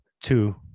Two